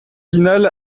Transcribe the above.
pinal